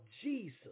Jesus